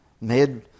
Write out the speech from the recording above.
made